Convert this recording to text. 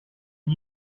die